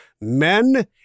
Men